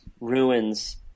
ruins